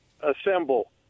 assemble